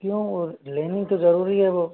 क्यों लेनी तो ज़रूरी है वो